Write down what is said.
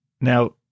Now